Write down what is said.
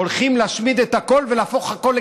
הולכים להשמיד את הכול לקנאביס.